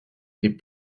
des